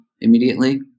immediately